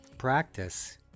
practice